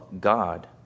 God